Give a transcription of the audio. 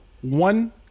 one